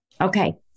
Okay